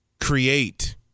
create